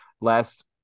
last